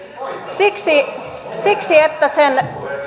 siksi siksi että sen